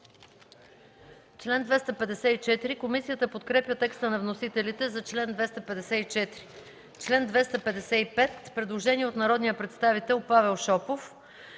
МАНОЛОВА: Комисията подкрепя текста на вносителите за чл. 254. По чл. 255 има предложение от народния представител Павел Шопов: